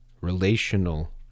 relational